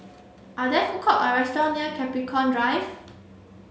are there food court or restaurant near Capricorn Drive